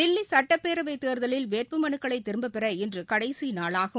தில்லிசட்டப்பேரவைத் தேர்தலில் வேட்புமனுக்களைதிரும்பப்பெற இன்றுகடைசிநாளாகும்